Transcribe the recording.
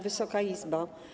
Wysoka Izbo!